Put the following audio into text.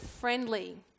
friendly